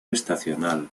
estacional